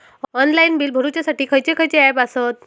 Online bill भरुच्यासाठी खयचे खयचे ऍप आसत?